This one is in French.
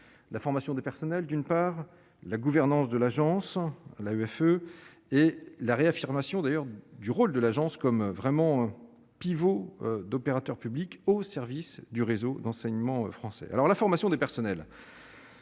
la formation des personnels, d'une part, la gouvernance de l'agence la UFE et la réaffirmation d'ailleurs du rôle de l'agence comme vraiment un pivot d'opérateurs publics au service du réseau d'enseignement français alors la formation des personnels.